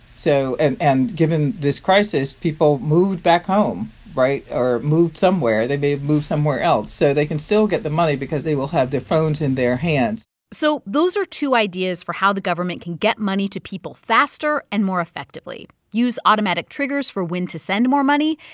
so and and given this crisis, people moved back home right? or moved somewhere. they may have moved somewhere else. so they can still get the money because they will have their phones in their hands so those are two ideas for how the government can get money to people faster and more effectively use automatic triggers for when to send more money,